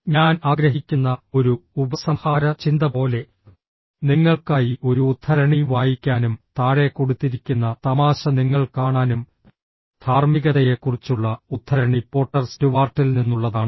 ഞാൻ ആഗ്രഹിക്കുന്ന ഒരു ഉപസംഹാര ചിന്ത പോലെ നിങ്ങൾക്കായി ഒരു ഉദ്ധരണി വായിക്കാനും താഴെ കൊടുത്തിരിക്കുന്ന തമാശ നിങ്ങൾ കാണാനും ധാർമ്മികതയെക്കുറിച്ചുള്ള ഉദ്ധരണി പോട്ടർ സ്റ്റുവാർട്ടിൽ നിന്നുള്ളതാണ്